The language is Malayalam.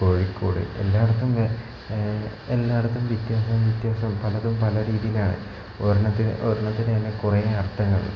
കോഴിക്കോട് എല്ലായിടത്തും എല്ലായിടത്തും വ്യത്യാസം വ്യത്യാസം പലതും പല രീതിയിലാണ് ഒരെണ്ണത്തിന് ഒരെണ്ണത്തിന് തന്നെ കുറെ അർത്ഥങ്ങൾ